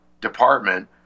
department